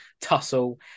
tussle